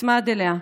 נצמד אליה,